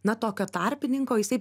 na tokio tarpininko jisai